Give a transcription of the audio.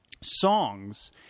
songs